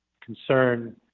concern